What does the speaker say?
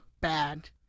bad